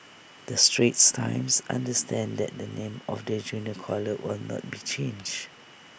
the straits times understands that the name of the junior college will not be changed